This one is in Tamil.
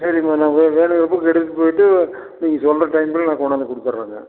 சரிம்மா நான் வே வேணுங்கிற புக்கை எடுத்துகிட்டு போய்விட்டு நீங்கள் சொல்கிற டைம் குள்ளே நான் கொண்டாந்து கொடுத்துட்றேங்க